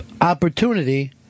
opportunity